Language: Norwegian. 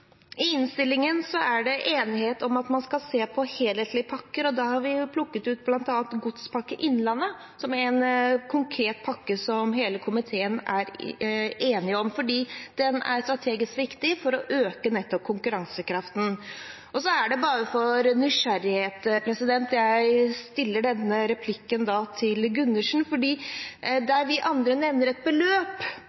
I innstillingen er det enighet om at man skal se på helhetlige pakker. Vi har plukket ut bl.a. «Godspakke Innlandet» som en konkret pakke, som hele komiteen er enig om, fordi den er strategisk viktig for å øke nettopp konkurransekraften. Så det er bare av nysgjerrighet jeg stiller dette spørsmålet til Gundersen: